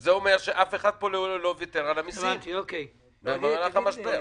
זה אומר שאף אחד פה לא ויתר על המסים במהלך המשבר.